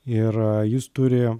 ir jis turi